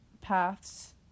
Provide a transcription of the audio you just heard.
paths